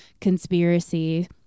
conspiracy